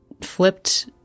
flipped